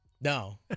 No